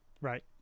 right